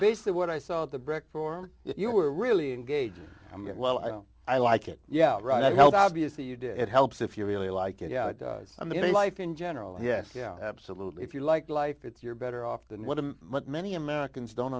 basically what i saw the brick form you were really engaged and well i like it yeah right i held obviously you did it helps if you really like it yeah i mean life in general yes yeah absolutely if you like life it's you're better off than what many americans don't